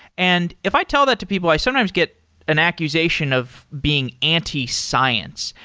and if i tell that to people, i sometimes get an accusation of being anti-science,